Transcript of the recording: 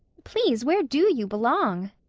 please, where do you belong?